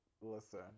Listen